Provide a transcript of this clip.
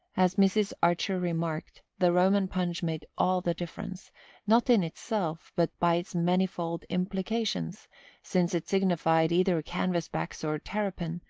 as mrs. archer remarked, the roman punch made all the difference not in itself but by its manifold implications since it signified either canvas-backs or terrapin,